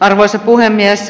arvoisa puhemies